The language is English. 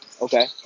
Okay